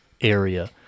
area